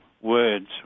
words